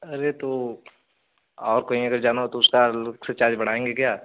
अरे तो और कहीं अगर जाना हो तो उसका अलग से चार्ज बढ़ाऍंगे क्या